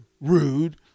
rude